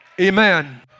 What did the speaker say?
Amen